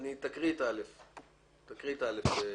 תקרא את סעיף (א).